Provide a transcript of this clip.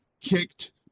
kicked